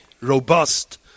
robust